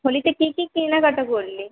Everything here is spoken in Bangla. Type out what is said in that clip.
হোলিতে কী কী কেনাকাটা করলি